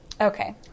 Okay